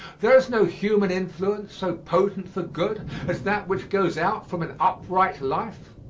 there is no human influence so potent for good as that which goes out from an upright life.